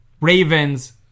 Ravens